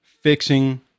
fixing